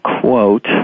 quote